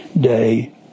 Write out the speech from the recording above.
day